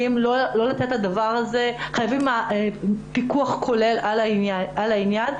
חייבים פיקוח כולל על העניין,